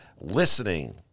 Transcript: listening